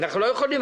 אנחנו לא יכולים,